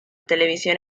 televisión